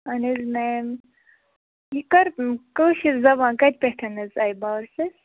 اَہَن حظ میم یہِ کَر کٲشِر زبان کَتہِ پٮ۪ٹھ حظ آیہِ بارسَس